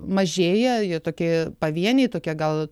mažėja jie tokie pavieniai tokia gal